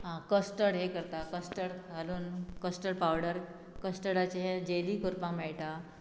आ custard हें करता custard घालून कस्टर्ड पावडर कस्टडाचे हे जेली करपाक मेळटा